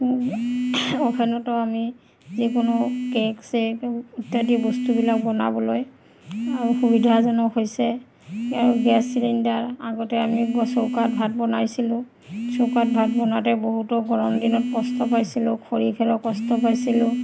অ'ভেনতো আমি যিকোনো কেক চেক ইত্যাদি বস্তুবিলাক বনাবলৈ আৰু সুবিধাজনক হৈছে আৰু গেছ চিলিণ্ডাৰ আগতে আমি চৌকাত ভাত বনাইছিলোঁ চৌকাত ভাত বনাওঁতে বহুতো গৰম দিনত কষ্ট পাইছিলোঁ খৰি খেলৰ কষ্ট পাইছিলোঁ